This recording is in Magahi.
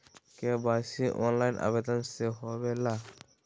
के.वाई.सी ऑनलाइन आवेदन से होवे ला?